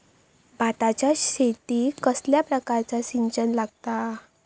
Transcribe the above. भाताच्या शेतीक कसल्या प्रकारचा सिंचन लागता?